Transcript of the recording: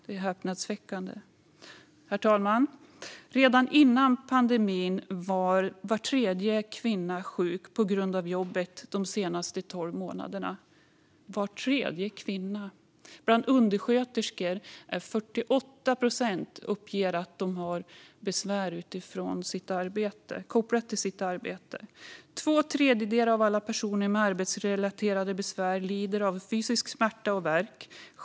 Det är häpnadsväckande. Herr talman! Redan före pandemin hade var tredje kvinna varit sjuk på grund av jobbet under de senaste tolv månaderna - var tredje kvinna! Bland undersköterskor uppger 48 procent att de har besvär kopplat till sitt arbete. Två tredjedelar av alla personer med arbetsrelaterade besvär lider av fysisk smärta och värk.